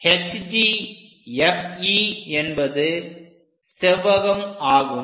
HGFE என்பது செவ்வகம் ஆகும்